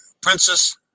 Princess